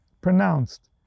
pronounced